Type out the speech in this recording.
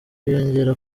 biyongera